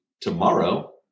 tomorrow